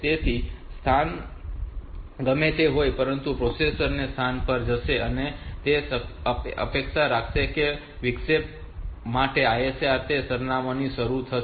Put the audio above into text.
તેથી સ્થાન ગમે તે હોય પરંતુ પ્રોસેસર તે સ્થાન પર જશે અને તે અપેક્ષા રાખશે કે વિક્ષેપ માટે ISR તે સરનામાથી શરૂ થશે